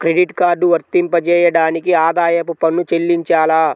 Credit card వర్తింపజేయడానికి ఆదాయపు పన్ను చెల్లించాలా?